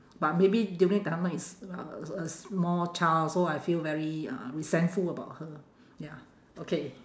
but maybe during is a a small child so I feel very uh resentful about her ya okay